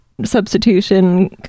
substitution